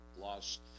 lost